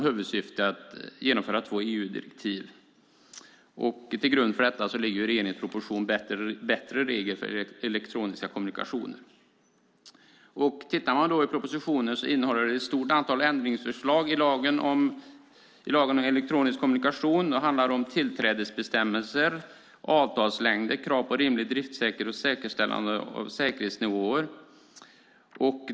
Huvudsyftet är att genomföra två EU-direktiv. Till grund för detta ligger regeringens proposition Bättre regler för elektroniska kommunikationer . Propositionen innehåller ett stort antal ändringsförslag i lagen om elektronisk kommunikation. Det handlar om tillträdesbestämmelser, avtalslängder, krav på rimlig driftsäkerhet och säkerställande av säkerhetsnivåer.